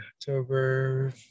October